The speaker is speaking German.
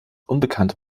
unbekannte